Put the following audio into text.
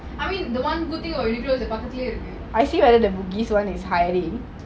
I mean the one good thing about uniqlo is the பக்கத்துலயே இருக்கு:pakathulayae iruku